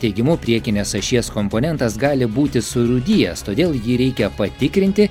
teigimu priekinės ašies komponentas gali būti surūdijęs todėl jį reikia patikrinti